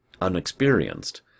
unexperienced